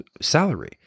salary